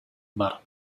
бар